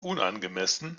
unangemessen